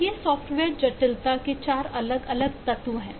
तो ये सॉफ्टवेयर जटिलता के चार अलग अलग तत्व हैं